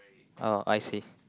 oh I see